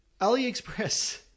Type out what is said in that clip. AliExpress